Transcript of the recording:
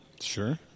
sure